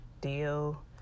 deal